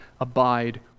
abide